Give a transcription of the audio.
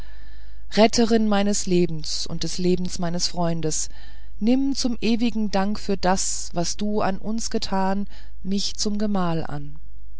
retterin meines lebens und des lebens meines freundes nimm zum ewigen dank für das was du an uns getan mich zum gemahl an